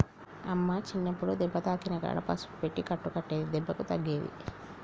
అమ్మ చిన్నప్పుడు దెబ్బ తాకిన కాడ పసుపు పెట్టి కట్టు కట్టేది దెబ్బకు తగ్గేది